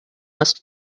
must